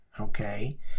Okay